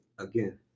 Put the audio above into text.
Again